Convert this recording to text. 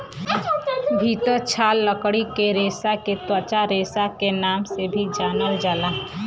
भितर छाल लकड़ी के रेसा के त्वचा रेसा के नाम से भी जानल जाला